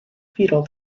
fetal